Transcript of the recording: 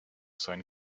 sein